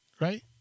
right